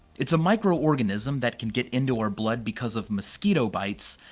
it's a micro-organism that can get into our blood because of mosquito bites,